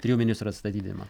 trijų ministrų atstatydinimą